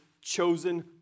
chosen